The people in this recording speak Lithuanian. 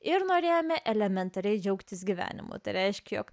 ir norėjome elementariai džiaugtis gyvenimu tai reiškia jog